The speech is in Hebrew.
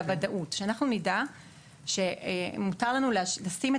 זו הוודאות; שאנחנו נדע שמותר לנו לשים את